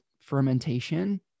fermentation